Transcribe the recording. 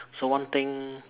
so one thing